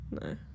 No